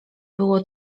było